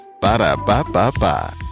Ba-da-ba-ba-ba